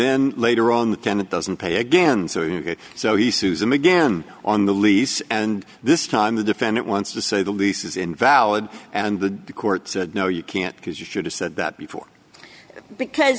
then later on the tenant doesn't pay again so so he sues him again on the lease and this time the defendant wants to say the lease is invalid and the court said no you can't because you should have said that before because